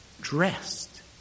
dressed